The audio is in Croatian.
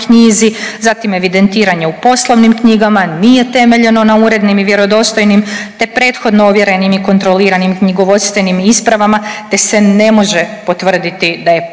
zatim evidentiranje u poslovnim knjigama nije temeljeno na urednim i vjerodostojnim te prethodno ovjerenim i kontroliranim knjigovodstvenim ispravama te se ne može potvrditi da je poslovni